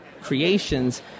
creations